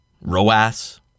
ROAS